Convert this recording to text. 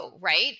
right